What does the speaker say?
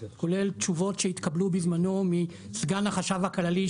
כולל תשובות שהתקבלו בזמנו מסגן החשב הכללי,